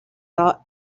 thought